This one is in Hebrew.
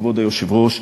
כבוד היושב-ראש,